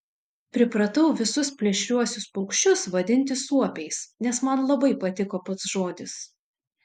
pripratau visus plėšriuosius paukščius vadinti suopiais nes man labai patiko pats žodis